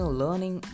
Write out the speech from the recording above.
learning